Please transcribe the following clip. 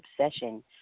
obsession